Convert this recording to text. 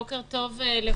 בוקר טוב לכולם.